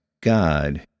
God